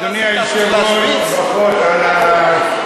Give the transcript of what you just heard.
אדוני היושב-ראש, ברכות על התפקיד.